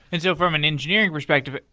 and so from an engineering perspective,